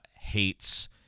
hates